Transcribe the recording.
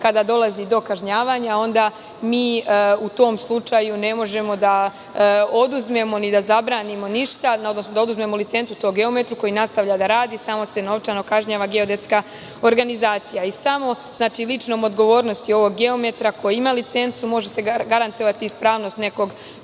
kada dolazi do kažnjavanja onda mi u tom slučaju ne možemo da oduzmemo ni da zabranimo ništa, odnosno da oduzmemo licencu tom geometru, koji nastavlja da radi, samo se novčano kažnjava geodetska organizacija. Samo ličnom odgovornošću ovog geometra koji ima licencu može se garantovati ispravnost nekog